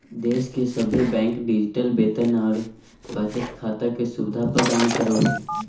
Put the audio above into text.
देश के सभे बैंक डिजिटल वेतन और बचत खाता के सुविधा प्रदान करो हय